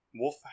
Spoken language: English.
Wolf